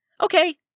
Okay